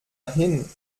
hin